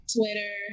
Twitter